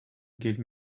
gave